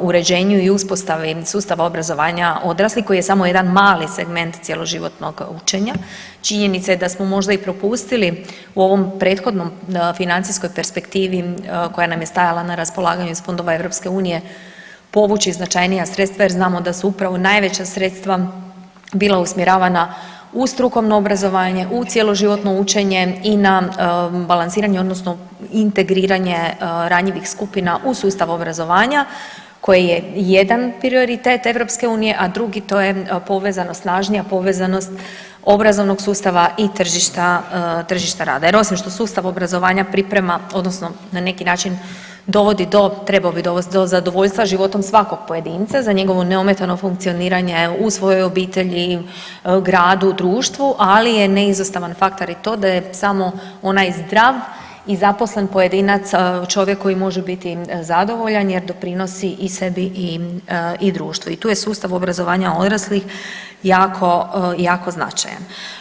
uređenju i uspostavi sustava obrazovanja odraslih koji je samo jedan mali segment cjeloživotnog učenja, činjenica je da smo možda i propustili u ovoj prethodnoj financijskoj perspektivi koja nam je stajala na raspolaganju iz fondova EU povući značajnija sredstva jer znamo da su upravo najveća sredstva bila usmjeravana u strukovno obrazovanje, u cjeloživotno učenje i na balansiranje odnosno integriranje ranjivih skupina u sustavu obrazovanja koji je jedan prioritet EU, a drugi to je povezanost, snažnija povezanost obrazovnog sustava i tržišta, tržišta rada jer osim što sustav obrazovanja priprema odnosno na neki način dovodi, trebao bi dovesti do zadovoljstva životom svakog pojedinca za njegovo neometano funkcioniranje u svojoj obitelji, gradu, društvu, ali je neizostavan faktor i to da je samo onaj zdrav i zaposlen pojedinac čovjek koji može biti zadovoljan jer doprinosi sebi i društvu i tu je sustav obrazovanja odraslih jako značajan.